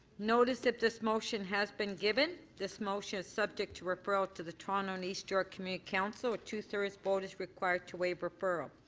notice of this motion has been given. this motion is subject to referral to the toronto and east york community council, a two-thirds vote is required to waive referral.